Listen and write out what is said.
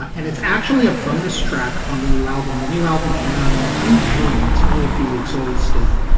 and it's actually a bonus track on the new album. the new album came out and i think june it's only a few weeks old still,